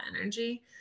energy